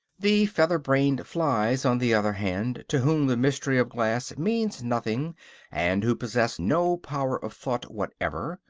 the feather-brained flies, on the other hand, to whom the mystery of glass means nothing and who possess no power of thought whatever,